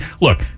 Look